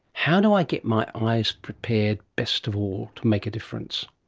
how do i get my eyes prepared best of all to make a difference?